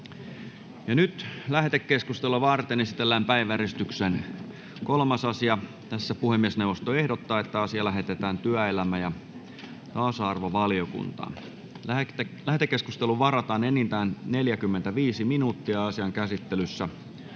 === Lähetekeskustelua varten esitellään päiväjärjestyksen 3. asia. Puhemiesneuvosto ehdottaa, että asia lähetetään työelämä- ja tasa-arvovaliokuntaan. Lähetekeskusteluun varataan enintään 45 minuuttia. Asian käsittelyssä